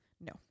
no